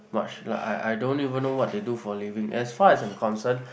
much like I I don't even know what they do for a living as far as I'm concern